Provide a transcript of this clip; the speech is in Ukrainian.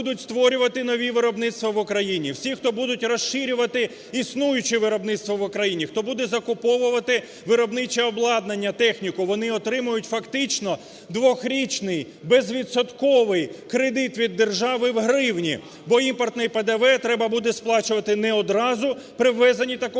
вони отримують, фактично, двохрічний безвідсотковий кредит від держави в гривні, бо імпортний ПДВ треба буде сплачувати не одразу при ввезенні такого